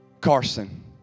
Carson